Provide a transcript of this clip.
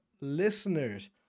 listeners